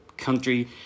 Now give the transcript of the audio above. country